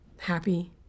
Happy